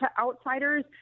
outsiders